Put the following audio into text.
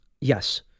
Yes